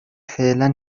فعلا